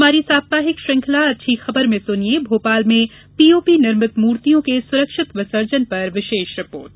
हमारी साप्ताहिक श्रृंखला अच्छी खबर में सुनिये भोपाल में पीओपी निर्मित मूर्तियों के सुरक्षित विसर्जन पर विशेष रिपोर्ट